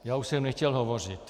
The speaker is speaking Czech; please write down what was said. Já už jsem nechtěl hovořit.